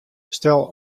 stel